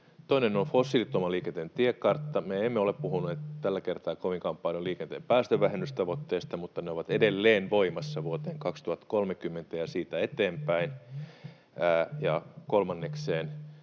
Toinen on fossiilittoman liikenteen tiekartta. Me emme ole puhuneet tällä kertaa kovinkaan paljon liikenteen päästövähennystavoitteista, mutta ne ovat edelleen voimassa vuoteen 2030 ja siitä eteenpäin. Kolmanneksi